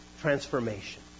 transformation